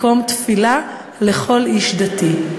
מקום תפילה לכל איש דתי,